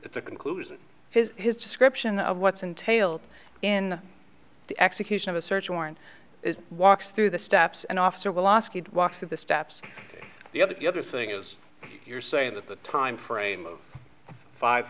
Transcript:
it's a conclusion his his description of what's entailed in the execution of a search warrant walks through the steps an officer will ask you to walk through the steps the other the other thing is you're saying that the timeframe of five